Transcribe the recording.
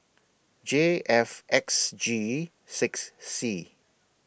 J F X G six C